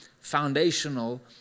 foundational